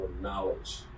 knowledge